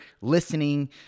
listening